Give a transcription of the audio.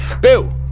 Bill